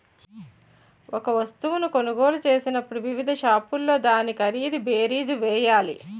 ఒక వస్తువును కొనుగోలు చేసినప్పుడు వివిధ షాపుల్లో దాని ఖరీదు బేరీజు వేయాలి